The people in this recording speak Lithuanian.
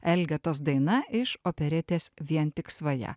elgetos daina iš operetės vien tik svaja